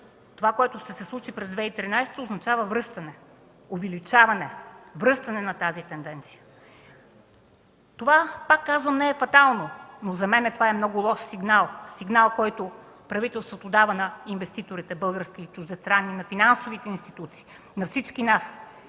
това, което ще се случи през 2013 г., означава връщане, увеличаване, връщане на тази тенденция. Пак казвам, това не е фатално, но за мен е много лош сигнал, който правителството дава на инвеститорите – български и чуждестранни, на финансовите институции, на всички нас.